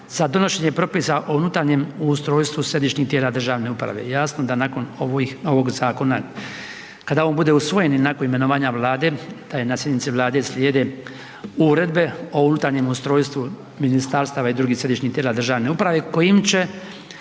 za donošenje propisa o unutarnjem ustrojstvu središnjih tijela državne uprave. Jasno da nakon ovog zakona kada on bude usvojen i nakon imenovanja Vlada, .../Govornik se ne razumije./... slijede uredbe o unutarnje ustrojstvu ministarstava i drugih središnjih tijela državne uprave kojim će